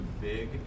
big